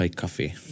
coffee